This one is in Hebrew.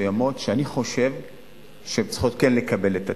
מסוימות שאני חושב שהן צריכות כן לקבל את הטיפול.